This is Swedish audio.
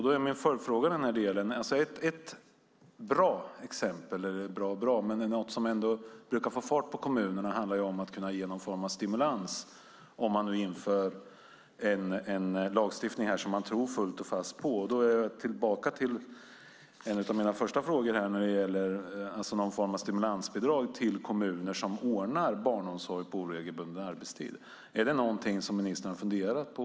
Då har jag en följdfråga i den här delen. Något som brukar få fart på kommunerna handlar om att kunna ge någon form av stimulans, om man nu inför en lagstiftning som man tror fullt och fast på. Då är jag tillbaka vid en av mina första frågor om någon form av stimulansbidrag till kommuner som ordnar barnomsorg på oregelbunden arbetstid. Är det någonting som ministern har funderat på?